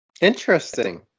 Interesting